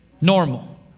normal